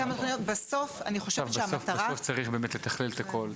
בסוף אני חושבת שהמטרה --- צריך באמת לתכלל את הכול,